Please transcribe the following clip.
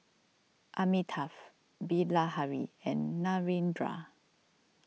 Amitabh Bilahari and Narendra